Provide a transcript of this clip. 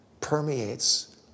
permeates